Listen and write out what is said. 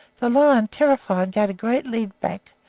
the lion, terrified, gave a great leap back,